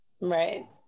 Right